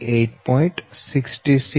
466 pu Xm1 0